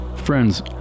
friends